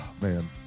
man